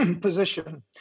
position